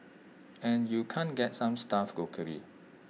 and you can't get some stuff locally